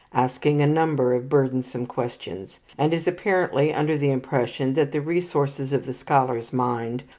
asking a number of burdensome questions, and is apparently under the impression that the resources of the scholar's mind,